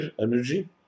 energy